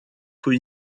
faut